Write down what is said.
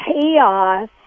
chaos